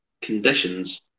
conditions